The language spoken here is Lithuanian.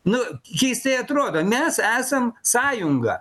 nu keistai atrodo mes esam sąjunga